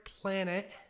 planet